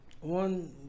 one